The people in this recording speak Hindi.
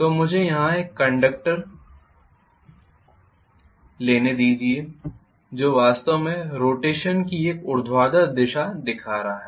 तो मुझे यहां एक कंडक्टर लेने दीजिए जो वास्तव में रोटेशन की एक ऊर्ध्वाधर दिशा दिखा रहा है